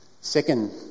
Second